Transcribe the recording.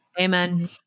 Amen